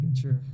true